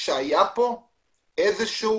שהייתה כשל